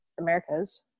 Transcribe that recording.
America's